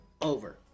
over